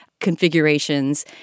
configurations